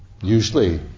usually